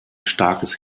starkes